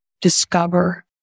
discover